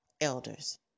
Elders